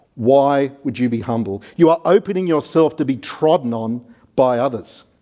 why would you be humble you are opening yourself to be trodden on by others.